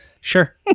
Sure